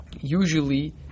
usually